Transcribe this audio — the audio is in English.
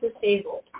disabled